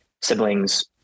siblings